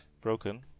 Broken